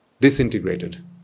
disintegrated